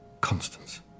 Constance